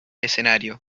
escenario